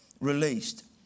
released